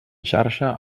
xarxa